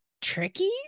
tricky